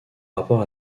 rapport